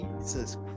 Jesus